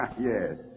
Yes